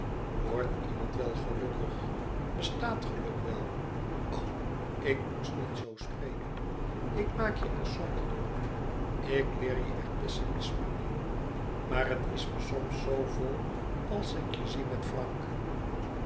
wordt iemand wel gelukkig bestaat geluk wel o ik moest niet zoo spreken ik maak je er somber door ik leer je er pessimisme meê maar het is me soms zoo vol als ik je zie met frank